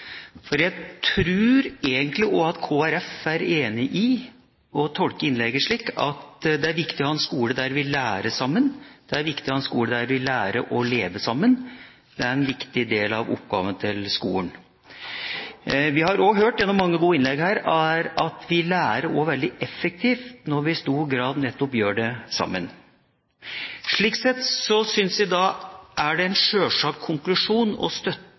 For jeg tror egentlig at også Kristelig Folkeparti er enig i, og jeg tolker innlegget slik, at det er viktig å ha en skole der vi lærer sammen, at det er viktig å ha en skole der vi lærer å leve sammen – og at det er en viktig del av oppgaven til skolen. Vi har også hørt gjennom mange gode innlegg her at vi lærer også veldig effektivt når vi nettopp gjør det sammen. Slik sett syns jeg at det er en sjølsagt konklusjon